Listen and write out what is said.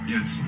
Yes